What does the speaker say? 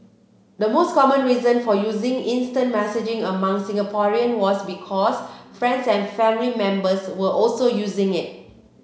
the most common reason for using instant messaging among Singaporean was because friends and family members were also using it